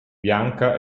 bianca